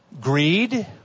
Greed